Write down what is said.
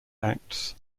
acts